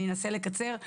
אני אנסה לקצר,